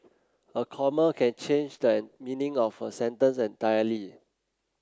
a comma can change the meaning of a sentence entirely